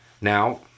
Now